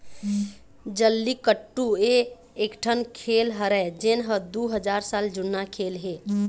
जल्लीकट्टू ए एकठन खेल हरय जेन ह दू हजार साल जुन्ना खेल हे